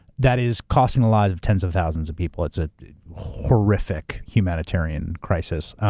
that is costing the lives of tens of thousands of people. it's a horrific humanitarian crisis.